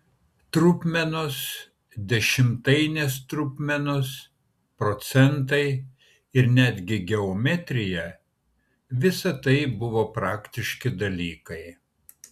trupmenos dešimtainės trupmenos procentai ir netgi geometrija visa tai buvo praktiški dalykai